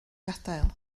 gadael